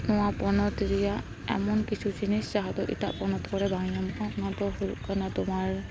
ᱱᱚᱣᱟ ᱯᱚᱱᱚᱛ ᱨᱤᱭᱟᱜ ᱮᱢᱚᱱ ᱠᱤᱪᱷᱩ ᱡᱤᱱᱤᱥ ᱡᱟᱦᱟᱸ ᱫᱚ ᱤᱴᱟᱜ ᱯᱚᱱᱚᱛ ᱠᱚᱨᱮ ᱵᱟᱝ ᱧᱟᱢᱚᱜᱼᱟ ᱚᱱᱟ ᱫᱚ ᱦᱩᱭᱩᱜ ᱠᱟᱱᱟ ᱛᱩᱢᱟᱨ